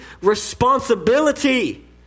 responsibility